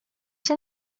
się